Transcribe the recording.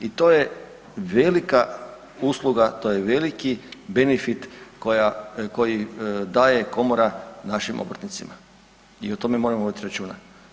I to je velika usluga, to je veliki benefit koji daje Komora našim obrtnicima i o tome moramo voditi računa.